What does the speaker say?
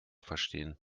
verstehen